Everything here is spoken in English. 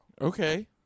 Okay